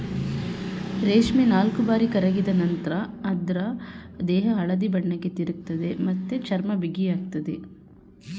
ರೇಷ್ಮೆ ನಾಲ್ಕುಬಾರಿ ಕರಗಿದ ನಂತ್ರ ಅದ್ರ ದೇಹ ಹಳದಿ ಬಣ್ಣಕ್ಕೆ ತಿರುಗ್ತದೆ ಮತ್ತೆ ಚರ್ಮ ಬಿಗಿಯಾಗ್ತದೆ